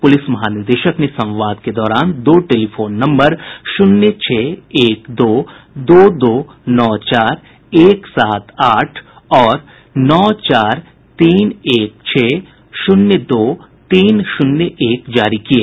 police महानिदेशक ने संवाद के दौरान दो टेलिफोन नम्बर शून्य छह एक दो दो दो नौ चार एक सात आठ और नौ चार तीन एक छह शून्य दो तीन शून्य एक जारी किये